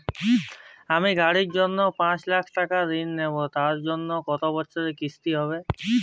আমি গাড়ির জন্য পাঁচ লক্ষ টাকা ঋণ নেবো তার জন্য কতো বছরের কিস্তি হবে?